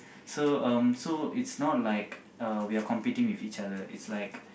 so um so it's not like uh we are competing with each other it's like